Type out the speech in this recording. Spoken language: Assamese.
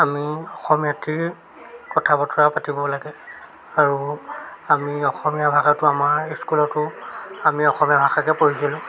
আমি অসমীয়াতেই কথা বতৰা পাতিব লাগে আৰু আমি অসমীয়া ভাষাটো আমাৰ স্কুলতো আমি অসমীয়া ভাষাকে পঢ়িছিলোঁ